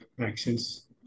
actions